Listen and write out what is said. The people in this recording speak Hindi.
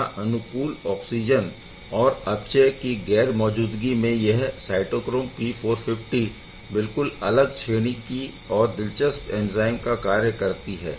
यहाँ अनुकूल ऑक्सिजन और अपचायक की गैर मौजूदगी में यह साइटोक्रोम P450 बिलकुल अलग श्रेणी की और दिलचस्प एंज़ाइम का कार्य करती है